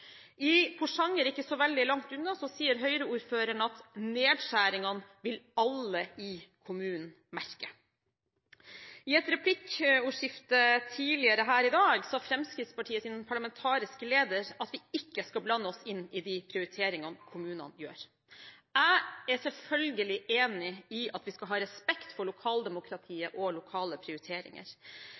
I Porsanger, ikke så veldig langt unna, sier Høyre-ordføreren at nedskjæringene vil alle i kommunen merke. I et replikkordskifte tidligere her i dag sa Fremskrittspartiets parlamentariske leder at vi ikke skal blande oss inn i de prioriteringene kommunene gjør. Jeg er selvfølgelig enig i at vi skal ha respekt for lokaldemokratiet og lokale prioriteringer,